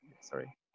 sorry